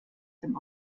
dem